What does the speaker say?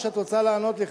או שאת רוצה לענות לי,